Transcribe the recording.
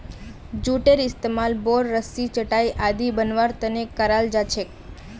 जूटेर इस्तमाल बोर, रस्सी, चटाई आदि बनव्वार त न कराल जा छेक